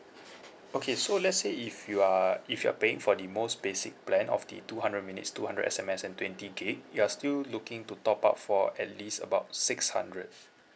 okay so let's say if you are if you are paying for the most basic plan of the two hundred minutes two hundred S_M_S and twenty gig you are still looking to top up for at least about six hundred